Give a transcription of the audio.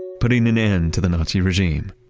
putting an end to the nazi regime.